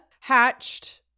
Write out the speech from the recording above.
hatched